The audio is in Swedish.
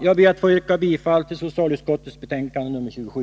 Jag ber att få yrka bifall till utskottets hemställan i betänkande 27.